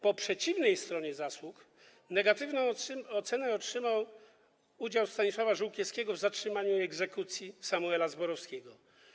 Po przeciwnej stronie zasług negatywną ocenę otrzymał udział Stanisława Żółkiewskiego w zatrzymaniu i egzekucji Samuela Zborowskiego.